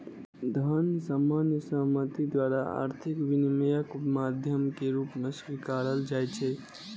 धन सामान्य सहमति द्वारा आर्थिक विनिमयक माध्यम के रूप मे स्वीकारल जाइ छै